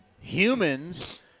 humans